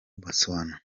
botswana